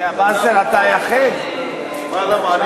באסל, אתה היחיד.